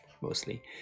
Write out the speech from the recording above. mostly